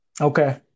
Okay